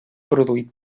produït